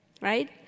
right